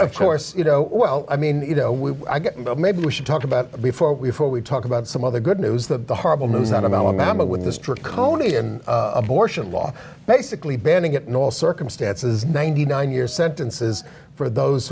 of course you know well i mean you know maybe we should talk about before we before we talk about some other good news the horrible news out of alabama with this draconian abortion law basically banning it in all circumstances ninety nine year sentences for those